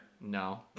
No